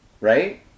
right